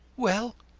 well,